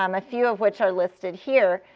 um a few of which are listed here,